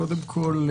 קודם כול,